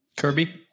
Kirby